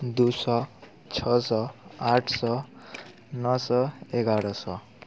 दू सए छओ सए आठ सए नओ सए एगारह सए